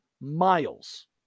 miles